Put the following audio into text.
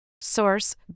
Source